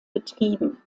betrieben